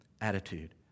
attitude